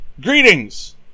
greetings